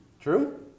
True